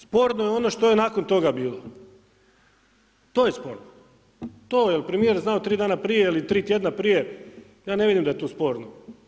Sporno je ono što je nakon toga bilo, to je sporno to je premijer znao 3 dana prije ili 3 tjedna prije, ja ne vidim da je tu sporno.